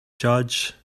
judge